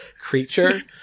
creature